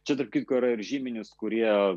čiatarp kitko yra ir žymenys kurie